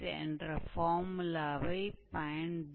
तो यह चाप की लंबाई की गणना करने का फॉर्मूला है